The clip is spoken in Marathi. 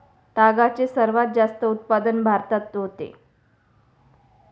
तागाचे सर्वात जास्त उत्पादन भारतात होते